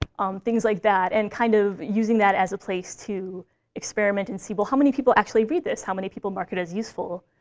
things like that. and kind of using that as a place to experiment and see, well, how many people actually read this? how many people mark it as useful?